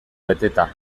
beteta